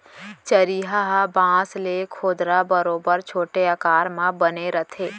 चरिहा ह बांस ले खोदरा बरोबर छोटे आकार म बने रथे